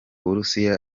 burusiya